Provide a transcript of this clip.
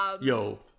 yo